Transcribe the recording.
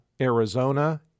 Arizona